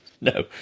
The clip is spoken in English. no